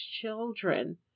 children